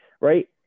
right